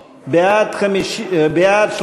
בעד,